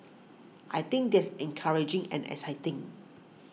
I think that's encouraging and exciting